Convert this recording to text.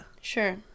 Sure